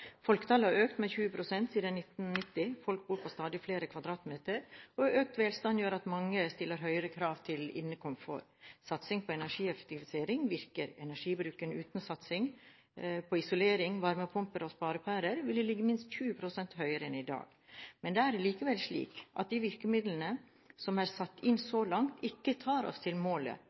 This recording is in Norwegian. Folketallet har økt med 20 pst. siden 1990, folk bor på stadig flere kvadratmeter, og økt velstand gjør at mange stiller høyere krav til innekomfort. Satsing på energieffektivisering virker: Energibruken uten satsing på isolering, varmepumper og sparepærer ville ligget minst 20 pst. høyere enn i dag. Men det er likevel slik at de virkemidlene som er satt inn så langt, ikke tar oss til målet.